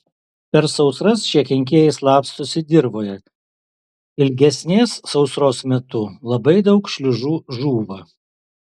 per sausras šie kenkėjai slapstosi dirvoje ilgesnės sausros metu labai daug šliužų žūva